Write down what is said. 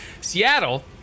Seattle